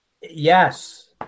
Yes